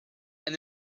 and